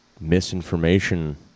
misinformation